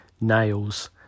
nails